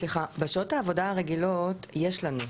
נעה, סליחה, בשעות העבודה הרגילות יש לנו.